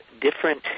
different